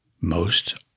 Most